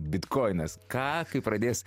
bitkoinas ką kai pradės